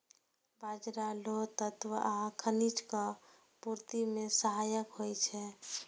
बाजरा लौह तत्व आ खनिजक पूर्ति मे सहायक होइ छै